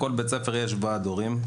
לכל בית ספר יש ועד הורים,